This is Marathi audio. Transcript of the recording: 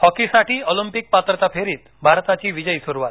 हॉकीसाठी ऑलिम्पिक पात्रता फेरीत भारताची विजयी सुरुवात